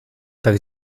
tak